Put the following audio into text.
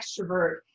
extrovert